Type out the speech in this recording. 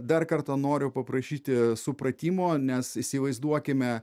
dar kartą noriu paprašyti supratimo nes įsivaizduokime